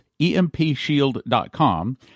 EMPShield.com